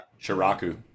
Shiraku